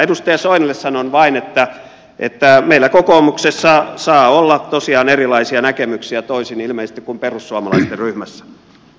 edustaja soinille sanon vain että meillä kokoomuksessa saa olla tosiaan erilaisia näkemyksiä toisin kuin ilmeisesti perussuomalaisten ryhmässä